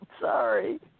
Sorry